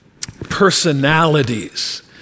personalities